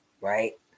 right